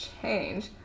change